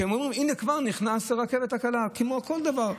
שאומרות: הינה, כבר נכנסת הרכבת הקלה, כמו כל דבר.